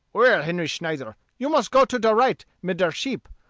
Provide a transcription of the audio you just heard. well, henry snyder, you must go to der right mid der sheep.